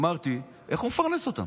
אמרתי: איך הוא מפרנס אותם?